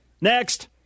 Next